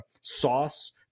Sauce